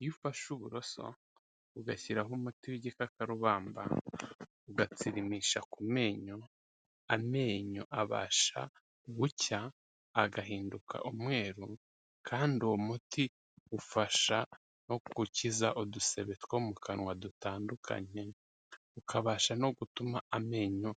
Iyo ufashe uburoso ugashyiraho umuti w'igikakarubamba ugatsirimisha ku menyo, amenyo abasha gucya agahinduka umweru kandi uwo muti ufasha no gukiza udusebe two mu kanwa dutandukanye, ukabasha no gutuma amenyo